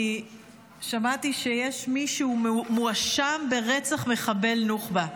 אני שמעתי שיש מישהו המואשם ברצח מחבל נוח'בה.